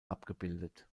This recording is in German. abgebildet